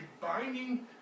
binding